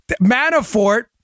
Manafort